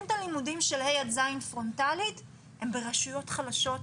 את הלימודים של ה' עד ז' פרונטלית אלה רשויות חלשות,